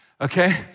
okay